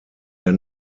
der